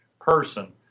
person